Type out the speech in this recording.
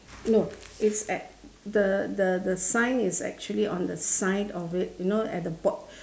no it's at the the the sign is actually on the side of it you know at the bot~